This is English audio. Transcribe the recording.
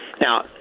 Now